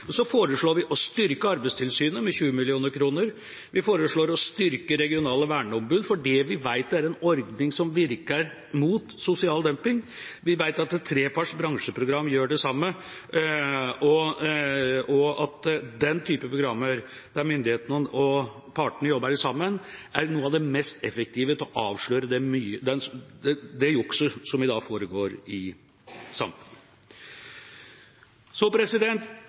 så foreslår vi å styrke Arbeidstilsynet med 20 mill. kr, og vi foreslår å styrke regionale verneombud fordi vi vet det er en ordning som virker mot sosial dumping. Vi vet at treparts bransjeprogram gjør det samme, og at den typen programmer, der myndighetene og partene jobber sammen, er noe av det mest effektive for å avsløre det jukset som i dag foregår i samfunnet. Så